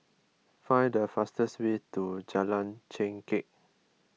find the fastest way to Jalan Chengkek